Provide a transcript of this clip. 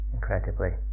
Incredibly